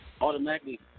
automatically